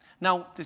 Now